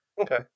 Okay